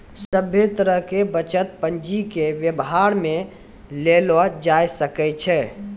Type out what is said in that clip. सभे तरह से बचत पंजीके वेवहार मे लेलो जाय सकै छै